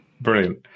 Brilliant